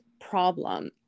problem